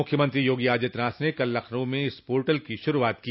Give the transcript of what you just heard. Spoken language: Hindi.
मुख्यमंत्री योगी आदित्यनाथ ने कल लखनऊ में इस पोर्टल की शुरूआत की